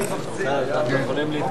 נתקבלו.